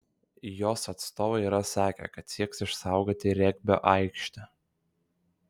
jos atstovai yra sakę kad sieks išsaugoti regbio aikštę